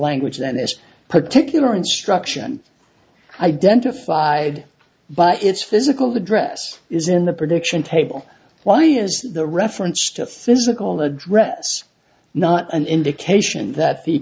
language that this particular instruction identified by its physical address is in the prediction table why is the reference to physical address not an indication that the